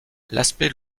l’aspect